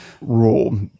rule